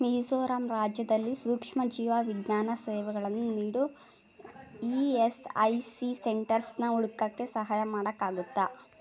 ಮಿಜೋರಾಂ ರಾಜ್ಯದಲ್ಲಿ ಸೂಕ್ಷ್ಮಜೀವವಿಜ್ಞಾನ ಸೇವೆಗಳನ್ನು ನೀಡೋ ಇ ಎಸ್ ಐ ಸಿ ಸೆಂಟರ್ಸನ್ನು ಹುಡ್ಕೋಕ್ಕೆ ಸಹಾಯ ಮಾಡೋಕ್ಕಾಗತ್ತಾ